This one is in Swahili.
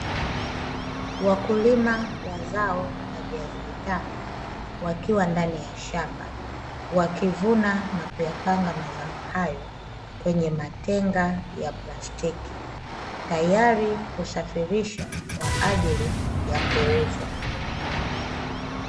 Wakulima wa zao la viazi vitamu, wakiwa ndani ya shamba, wakivuna na kuyapanga mazao hayo kwenye matenga ya plastiki, tayari kusafirishwa kwa ajili ya kuuzwa.